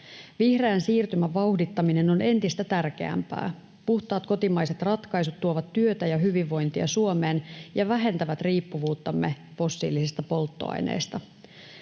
Vihreän siirtymän vauhdittaminen on entistä tärkeämpää. Puhtaat kotimaiset ratkaisut tuovat työtä ja hyvinvointia Suomeen ja vähentävät riippuvuuttamme fossiilisista polttoaineista.